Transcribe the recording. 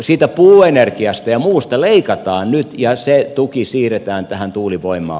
siitä puuenergiasta ja muusta leikataan nyt ja se tuki siirretään tähän tuulivoimaan